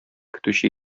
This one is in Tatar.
көтүче